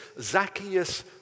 Zacchaeus